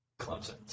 Clemson